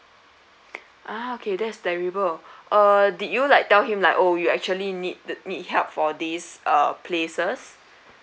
ah okay that is terrible uh did you like tell him like oh you actually need need help for these uh places